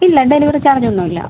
ഇല്ല delivery charge ഒന്നും ഇല്ല